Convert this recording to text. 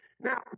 Now